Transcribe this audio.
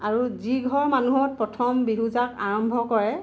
আৰু যি ঘৰ মানুহত প্ৰথম বিহু জাক আৰম্ভ কৰে